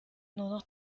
noch